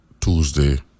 Tuesday